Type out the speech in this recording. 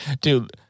dude